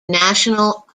national